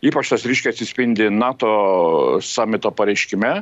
ypač tas ryškiai atsispindi nato samito pareiškime